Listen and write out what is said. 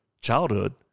childhood